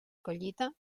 collita